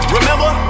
Remember